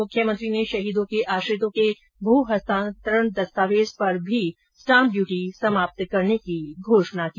मुख्यमंत्री ने शहीदों के आश्रितों के भू हस्तान्तरण दस्तावेज पर भी स्टाम्प ड्यूटी समाप्त करने की घोषणा की